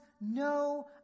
no